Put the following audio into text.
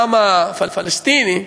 העם הפלסטיני,